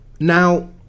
Now